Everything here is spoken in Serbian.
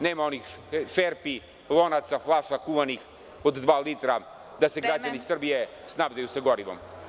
Nema onih šerpi, lonaca, flaša, kuvanih od dve litre, da se građani Srbije snabdeju sa gorivom.